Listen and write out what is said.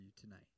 tonight